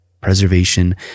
preservation